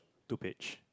two page